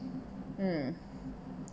hmm